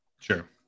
Sure